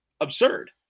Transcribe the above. absurd